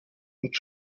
und